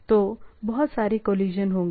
तो बहुत सारे कोलिशन होंगे